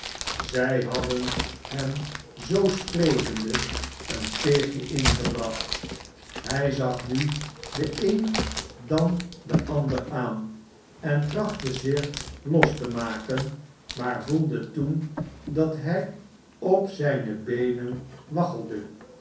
zij hadden hem zoo sprekende een steegje ingebracht hij zag nu den een dan den ander aan en trachtte zich los te maken maar voelde toen dat hij op zijne beenen